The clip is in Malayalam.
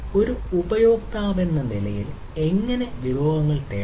ഒരു ഉപയോക്താവെന്ന നിലയിൽ എങ്ങനെ വിഭവങ്ങൾ തേടാം